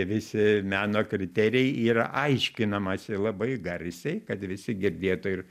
visi meno kriterijai yra aiškinamasi labai garsiai kad visi girdėtų ir